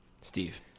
Steve